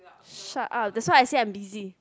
shut up that's why I said I'm busy